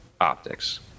optics